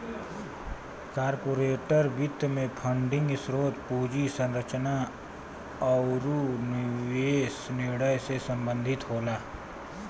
corporate वित्त में funding स्रोत, पूंजी संरचना आुर निवेश निर्णय से संबंधित होला